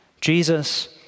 Jesus